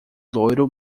loiro